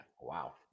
wow